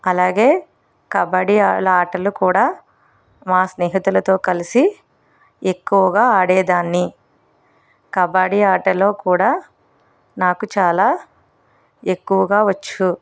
అలాగే కబడ్డీ అలా ఆటలు కూడా మా స్నేహితులతో కలిసి ఎక్కువగా ఆడేదాన్ని కబడ్డీ ఆటలో కూడా నాకు చాలా ఎక్కువగా వచ్చు